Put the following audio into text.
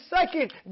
second